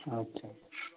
अच्छा